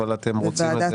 אבל אתם רוצים את זה.